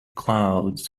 clouds